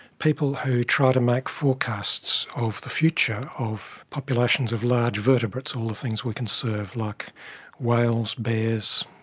people who tried to make forecasts of the future of populations of large vertebrates, all the things we conserve, like whales, bears,